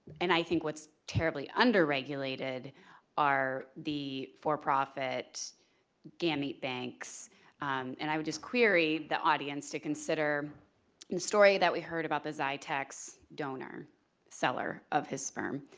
and i think what's terribly under regulated are the for-profit gamete banks and i would just query the audience to consider and the story that we heard about the xytex donor seller of his sperm.